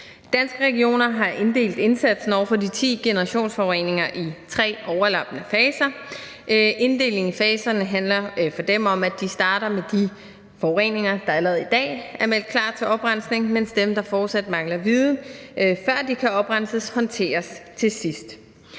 Danske Regioner har inddelt indsatsen over for de 10 generationsforureninger i 3 overlappende faser. Inddelingen i faserne handler for dem om, at de starter med de forureninger, der allerede i dag er meldt klar til oprensning, mens dem, for hvilke der fortsat mangler viden, før de kan oprenses, håndteres til sidst.